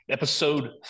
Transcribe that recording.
episode